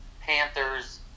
Panthers